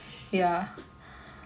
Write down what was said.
ya